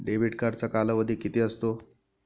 Debit कार्डचा कालावधी किती असतो?